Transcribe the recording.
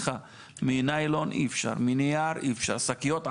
יש שקיות בד.